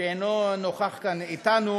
שאינו נוכַח כאן אתנו,